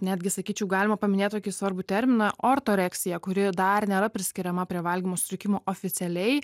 netgi sakyčiau galima paminėt tokį svarbų terminą ortoreksija kuri dar nėra priskiriama prie valgymo sutrikimų oficialiai